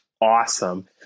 awesome